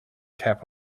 cap